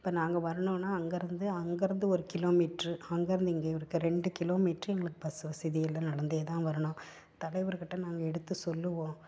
இப்போ நாங்கள் வரணுன்னா அங்கேருந்து அங்கேருந்து ஒரு கிலோமீட்டரு அங்கேருந்து இங்கே ஒரு க ரெண்டு கிலோமீட்டரு எங்களுக்கு பஸ் வசதி இல்லை நடந்தேதான் வரணும் தலைவருக்கிட்ட நாங்கள் எடுத்து சொல்லுவோம்